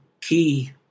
key